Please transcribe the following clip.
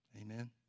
amen